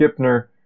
Gipner